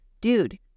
dude